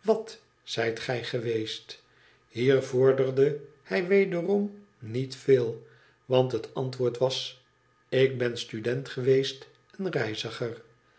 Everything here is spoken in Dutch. wat zijt gij geweest hier vorderde hij wederom niet veel want het antwoord was ik ben student geweest en reiziger